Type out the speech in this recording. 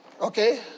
okay